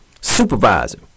supervisor